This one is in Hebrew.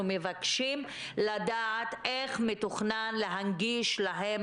אנחנו מבקשים לדעת איך מתוכנן להנגיש להם